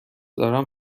دارم